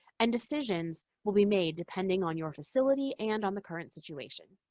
and decisions will be made depending on your facility and on the current situation.